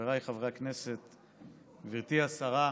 חבריי חברי הכנסת, גברתי השרה,